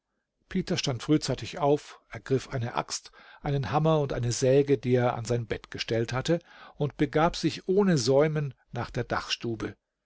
peter stand frühzeitig auf ergriff eine axt einen hammer und eine säge die er an sein bett gestellt hatte und begab sich ohne säumen nach der dachstube